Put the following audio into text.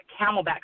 Camelback